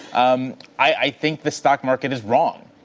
um i think the stock market is wrong,